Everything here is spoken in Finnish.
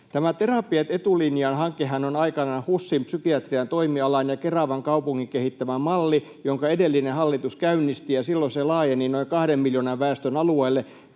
Tämä Terapiat etulinjaan ‑hankehan on aikanaan HUSin psykiatrian toimialan ja Keravan kaupungin kehittämä malli, jonka edellinen hallitus käynnisti, ja silloin se laajeni noin kahden miljoonan väestön alueelle.